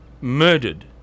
murdered